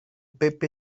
pepe